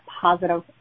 positive